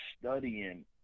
studying